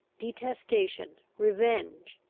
detestation, revenge,